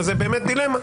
וזאת באמת דילמה.